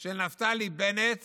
של נפתלי בנט